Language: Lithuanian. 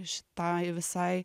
šitai visai